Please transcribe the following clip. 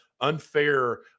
unfair